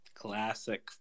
Classic